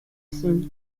singh